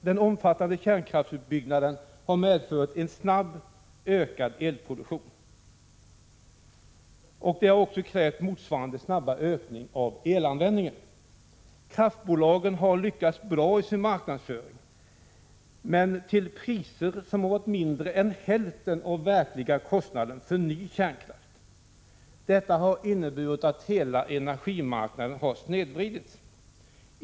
Den omfattande kärnkraftsutbyggnaden har medfört en snabbt ökad elproduktion, och det har krävt en motsvarande snabb ökning av elanvändningen. Kraftbolagen har lyckats bra i sin marknadsföring, men till priser som underskridit hälften av den verkliga kostnaden för ny kärnkraft. Detta har inneburit att hela energimarknaden snedvridits.